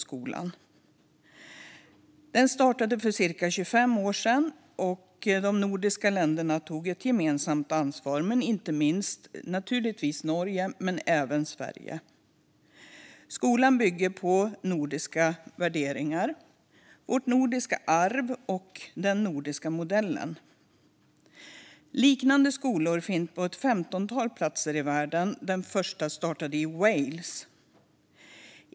När den startades för cirka 25 år sedan tog alla nordiska länder ansvar, inte minst Norge och Sverige. Skolan bygger på våra nordiska värderingar, vårt nordiska arv och den nordiska modellen. Liknande skolor finns på ett femtontal platser i världen. Den första startade i Wales.